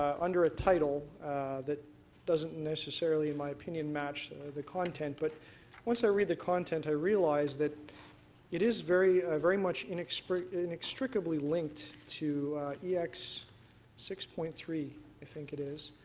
um under a title that doesn't necessarily in my opinion match the content, but once i read the content i realize that it is very very much inextricably inextricably linked to e x six point three, i think it is.